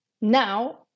now